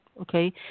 Okay